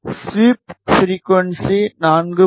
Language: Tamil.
sweep frequency 4